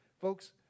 Folks